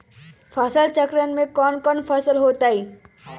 फसल चक्रण में कौन कौन फसल हो ताई?